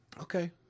Okay